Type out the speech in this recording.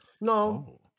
No